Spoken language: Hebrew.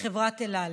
בחברת אל על.